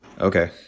Okay